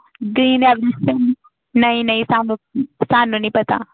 green revolution ਨਹੀਂ ਨਹੀਂ ਸਾਨੂੰ ਸਾਨੂੰ ਨਹੀਂ ਪਤਾ